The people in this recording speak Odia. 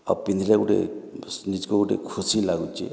ଆଉ ପିନ୍ଧଲେ ଗୁଟେ ସ୍ ନିଜକୁ ଗୁଟେ ଖୁସି ଲଗୁଛି